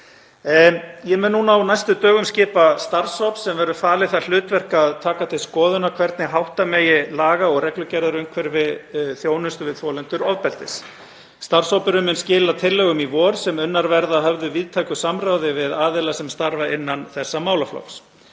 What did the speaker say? Ég mun á næstu dögum skipa starfshóp sem verður falið það hlutverk að taka til skoðunar hvernig hátta megi laga- og reglugerðaumhverfi þjónustu við þolendur ofbeldis. Starfshópurinn mun skila tillögum í vor sem unnar verða að höfðu víðtæku samráði við aðila sem starfa innan þessa málaflokks.